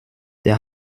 der